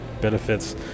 benefits